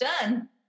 done